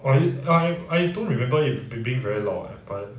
I can't I don't remember it to being very loud eh but